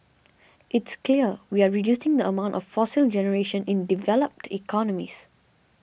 it's clear we're reducing the amount of fossil generation in developed economies